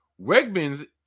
Wegmans